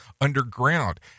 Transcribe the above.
underground